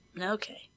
okay